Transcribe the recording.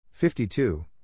52